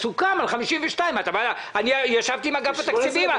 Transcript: סוכם על 52. אני ישבתי עם אגף התקציבים.